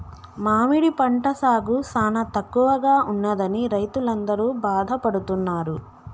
మామిడి పంట సాగు సానా తక్కువగా ఉన్నదని రైతులందరూ బాధపడుతున్నారు